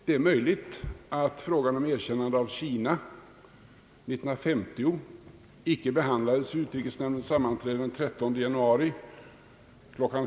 Det är möjligt — ja, till och med sannolikt — att frågan om erkännandet av Kina 1950 icke behandlades vid utrikesnämndens sammanträde den 13 januari kl.